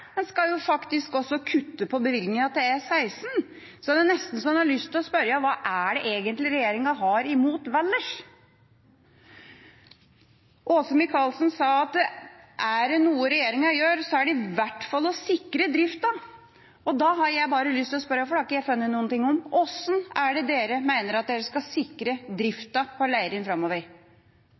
en skal faktisk også kutte på bevilgningen til E16. Det er nesten så en har lyst til å spørre: Hva er det egentlig regjeringa har imot Valdres? Åse Michaelsen sa at er det noe regjeringa gjør, er det i hvert fall å sikre drifta. Det har ikke jeg funnet noen ting om. Da har jeg bare lyst til å spørre: Hvordan er det dere mener at dere skal sikre drifta på Leirin framover?